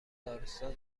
داروساز